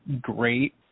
great